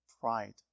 Pride